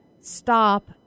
stop